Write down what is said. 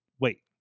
wait